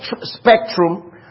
spectrum